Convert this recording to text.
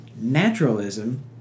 naturalism